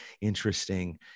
interesting